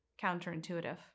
counterintuitive